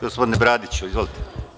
Gospodine Bradiću, izvolite.